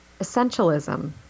Essentialism